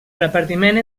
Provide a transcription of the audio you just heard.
repartiment